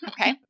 Okay